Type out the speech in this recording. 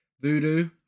Voodoo